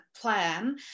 plan